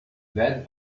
that